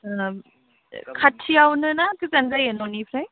खाथियावनो ना गोजान जायो न'निफ्राय